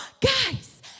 guys